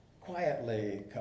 quietly